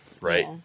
Right